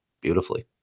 beautifully